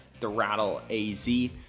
therattleaz